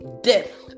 death